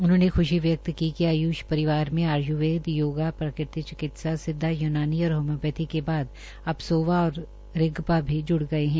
उन्होंने ख्शी व्यक्त की कि आय्ष परिवार में आय्र्वेद योगा प्राकृतिक चिकित्सा सिद्वा यूनाननी और होम्योपैथी की बाद अब सोबा और रिगपा भी ज्ड़ गए है